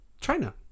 China